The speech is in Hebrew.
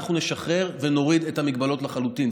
אנחנו נשחרר ונוריד את ההגבלות לחלוטין.